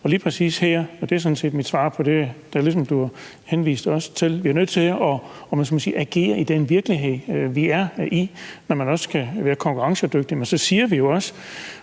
Og lige præcis her – og det er sådan set mit svar på det, der ligesom også bliver henvist til – bliver vi nødt til at agere i den virkelighed, vi er i, hvor man også skal være konkurrencedygtig. Men så siger vi jo også,